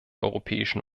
europäischen